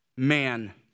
Man